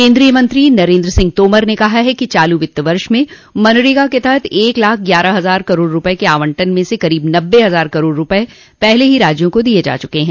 केन्द्रीय मंत्री नरेन्द्र सिंह तोमर ने कहा है कि चालू वित्त वर्ष में मनरेगा के तहत एक लाख ग्यारह हजार करोड़ रूपये के आवंटन में से करीब नब्बे हज़ार करोड़ रूपये पहले ही राज्यों को दिये जा चुके हैं